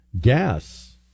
gas